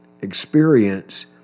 experience